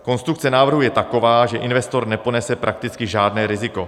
Konstrukce návrhu je taková, že investor neponese prakticky žádné riziko.